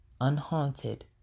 Unhaunted